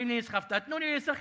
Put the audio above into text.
אומרים לי נסחפת, תנו לי להיסחף.